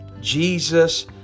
jesus